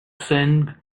seng